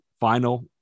final